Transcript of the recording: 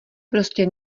prostě